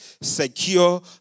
secure